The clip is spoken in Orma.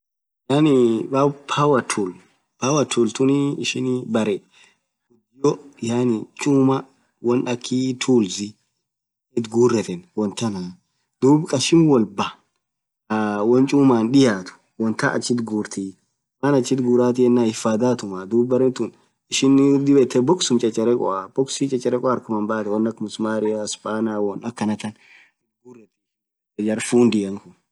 Yaani power tool power tool tunii berre ghudio wonn akha chumaa wonn akhii tools ithgurethen than dhub kashin wolbaaaa khaa won chuman dhiyethu wontan achit ghurthi maan achit ghurathi yenan hifadhatuma ishin dhib yethe boxum chacharekho harkhuman bathen msumaria spanner wonn akhanathan ithghureni jarr fundian